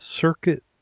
circuit